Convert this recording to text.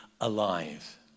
alive